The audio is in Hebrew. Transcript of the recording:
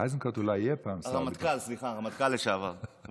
איזנקוט אולי יהיה פעם, הרמטכ"ל לשעבר.